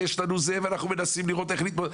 ואנחנו מנסים לראות איך נתמודד.